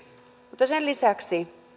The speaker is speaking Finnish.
mutta sen lisäksi